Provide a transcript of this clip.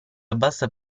abbassa